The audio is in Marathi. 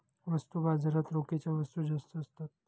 वस्तू बाजारात रोखीच्या वस्तू जास्त असतात